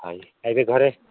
ଆଜ୍ଞ ଏବେ ଘରେ